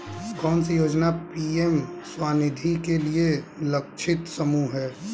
कौन सी योजना पी.एम स्वानिधि के लिए लक्षित समूह है?